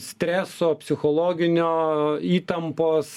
streso psichologinio įtampos